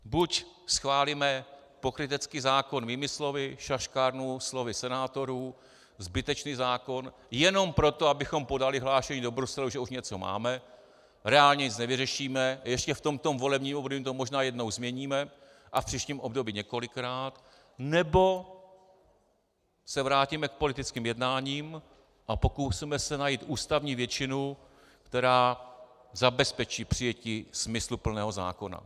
Buď schválíme pokrytecký zákon mými slovy, šaškárnu slovy senátorů, zbytečný zákon, jenom proto, abychom podali hlášení do Bruselu, že už něco máme, reálně nic nevyřešíme, ještě v tomto volebním období to možná jednou změníme a v příštím období několikrát, nebo se vrátíme k politickým jednáním a pokusíme se najít ústavní většinu, která zabezpečí přijetí smysluplného zákona.